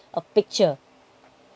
a picture